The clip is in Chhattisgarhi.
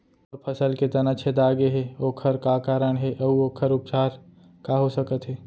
मोर फसल के तना छेदा गेहे ओखर का कारण हे अऊ ओखर उपचार का हो सकत हे?